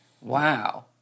Wow